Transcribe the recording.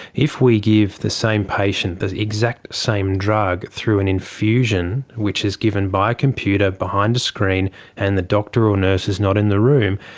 if we give the same patient the exact same drug through an infusion which is given by a computer behind a screen and the doctor or nurse is not in the room,